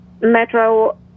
Metro